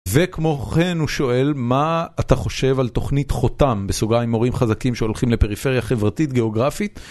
וכמו כן, הוא שואל מה אתה חושב על תוכנית חותם, בסוגריים עם הורים חזקים שהולכים לפריפריה חברתית גיאוגרפית?